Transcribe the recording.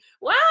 Wow